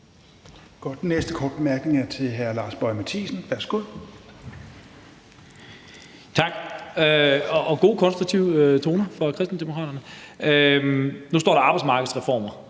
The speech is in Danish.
næste korte bemærkning er fra hr. Lars Boje Mathiesen. Værsgo.